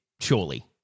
surely